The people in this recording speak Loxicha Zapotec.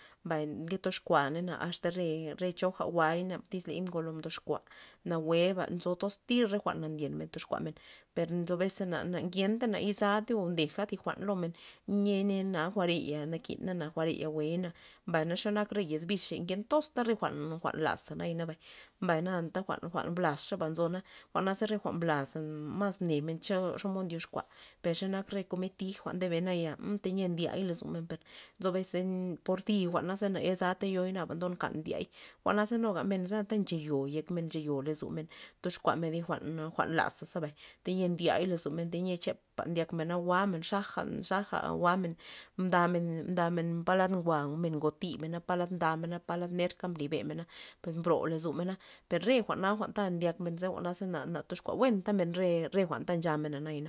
Mbay nke toxkuaney asta re- re choja jwa'yna tyz ngolo mdoxkua nawueba nzo toztir re jwa'n ndyenmen toxkua men per nzo bes na- na ngenta na yezaltey o ndeja thi jwa'n lomen niay jwa'reya nakina jwa'reya jwe'y, mbay ze nak re yez bixre na ngen tozta re jwa'na jwa'n laza nabay mbay na anta jwa'n- jwa'n blaza nzoy jwa'naza re blaza mas nemen cho xomod ndyoxkua per xe nak re komid tij jwa'n ndyebe naya mmtaya ndiey lozomen per nzo bes por thi jwa'na na ye zatey yoi' nabana ndyonkan ndiey jwa'naza nuga men anta nche yoi' yekmen nche yoi' lozomen toxkuamen thi jwa'n laza zabay tayia ndiay lozomen tayia chepa ndiakmen jwa'mena xaja- xaja jwa'men mdamen- mdamen palad njwa'men ngotimena palad ndamena palad nerka mbli bemena pues mbro lozomena per re jwa'na ndyakmenaza jwa'naza na toxkuadmena jwentamen re re jwa'n ta nchemena naya.